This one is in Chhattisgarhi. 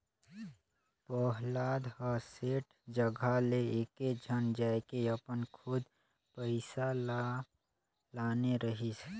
पहलाद ह सेठ जघा ले एकेझन जायके अपन खुद पइसा ल लाने रहिस